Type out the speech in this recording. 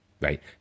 right